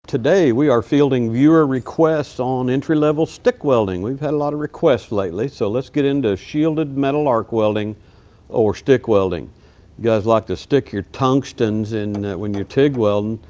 today we are fielding viewer requests on entry-level stick welding. we've had a lot of requests lately so let's get into shielded metal arc welding or stick welding. you guys like to stick your tungstens in when you're tig welding.